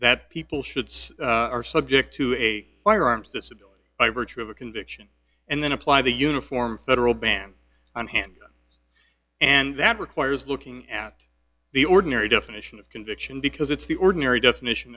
that people should say are subject to a firearms disobey by virtue of a conviction and then apply the uniform federal ban on hand and that requires looking at the ordinary definition of conviction because it's the ordinary definition